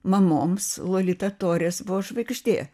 mamoms lolita tores buvo žvaigždė